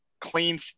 clean